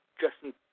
Justin